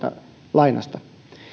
lainasta